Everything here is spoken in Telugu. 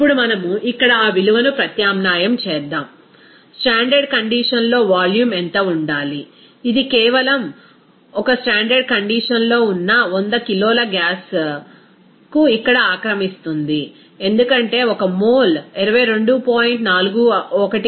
ఇప్పుడు మనం ఇక్కడ ఆ విలువను ప్రత్యామ్నాయం చేద్దాం స్టాండర్డ్ కండిషన్ లో వాల్యూమ్ ఎంత ఉండాలి ఇది కేవలం ఒక స్టాండర్డ్ కండిషన్ లో ఉన్న 100 కిలోల గ్యాస్కు ఇక్కడ ఆక్రమిస్తుంది ఎందుకంటే 1 మోల్ 22